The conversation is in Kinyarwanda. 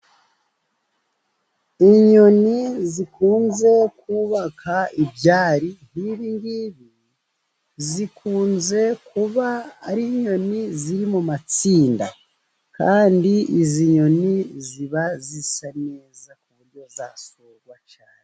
Inyoni zikunze kubaka ibyari nk'ibingibi zikunze kuba ari inyoni ziri mu matsinda, kandi izi nyoni ziba zisa neza ku buryo zasurwa cyane.